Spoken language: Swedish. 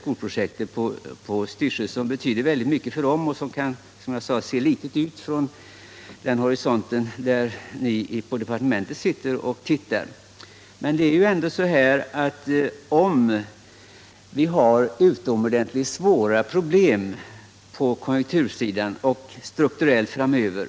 Skolprojektet på Styrsö betyder mycket för dem som bor där ute, även om det kan se litet ut från departementets horisont. Mot bakgrunden av de utomordentligt svåra konjunkturoch strukturproblem som vi har att räkna med framöver